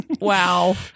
wow